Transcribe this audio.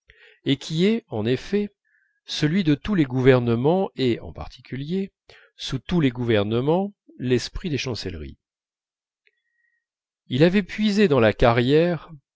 et qui est en effet celui de tous les gouvernements et en particulier sous tous les gouvernements l'esprit des chancelleries il avait puisé dans la carrière